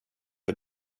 för